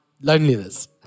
loneliness